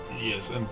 Yes